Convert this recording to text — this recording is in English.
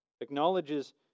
acknowledges